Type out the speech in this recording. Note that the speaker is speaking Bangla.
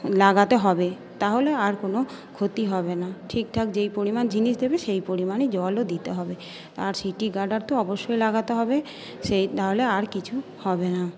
লাগাতে হবে তাহলে আর কোনো ক্ষতি হবে না ঠিকঠাক যেই পরিমাণ জিনিস দেবে সেই পরিমাণে জলও দিতে হবে আর সিটি গার্ডার তো অবশ্যই লাগাতে হবে সেই তাহলে আর কিছু হবে না